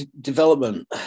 development